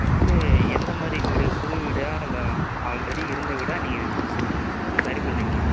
first எந்த மாதிரி வீடு புது வீடா இல்லை ஆல்ரெடி இருந்த வீடை நீங்கள் சரி பண்ணுறிங்களா